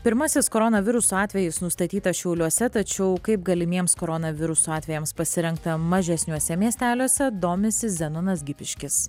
pirmasis koronaviruso atvejis nustatytas šiauliuose tačiau kaip galimiems koronaviruso atvejams pasirengta mažesniuose miesteliuose domisi zenonas gipiškis